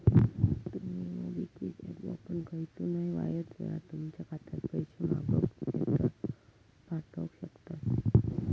तुमी MobiKwik app वापरून खयसूनय वायच येळात तुमच्या खात्यात पैशे मागवक नायतर पाठवक शकतास